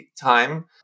time